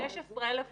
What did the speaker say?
16,000 חברות,